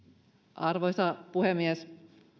arvoisa puhemies